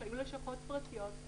שהיו לשכות פרטיות,